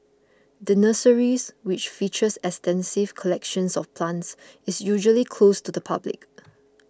the nurseries which features extensive collections of plants is usually closed to the public